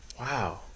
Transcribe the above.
Wow